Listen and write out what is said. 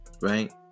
Right